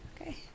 Okay